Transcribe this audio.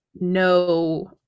no